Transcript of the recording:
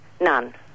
None